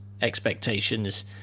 expectations